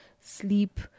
Sleep